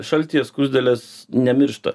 šaltyje skruzdėlės nemiršta